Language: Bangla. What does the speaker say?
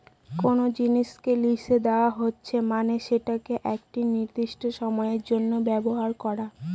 কোনো জিনিসকে লিসে দেওয়া হচ্ছে মানে সেটাকে একটি নির্দিষ্ট সময়ের জন্য ব্যবহার করা